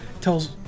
tells